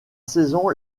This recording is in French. saison